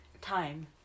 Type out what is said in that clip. time